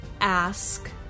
ask